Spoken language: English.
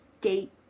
date